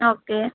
okay